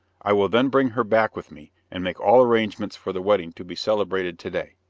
i will then bring her back with me, and make all arrangements for the wedding to be celebrated to-day.